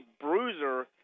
bruiser